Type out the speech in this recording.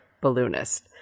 balloonist